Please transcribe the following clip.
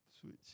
switch